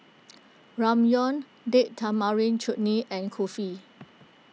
Ramyeon Date Tamarind Chutney and Kulfi